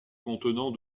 contenant